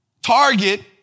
Target